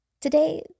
Today